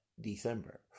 December